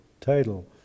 title